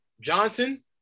Johnson